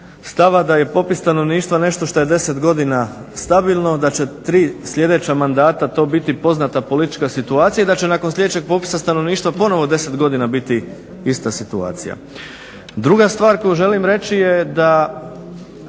stava da je popis stanovništva nešto što je 10 godina stabilno da će tri sljedeća mandata biti poznata politička situacija i da će nakon sljedećeg popisa stanovništva ponovno 10 godina biti ista situacija. Druga stvar koju želim reći je da